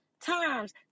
times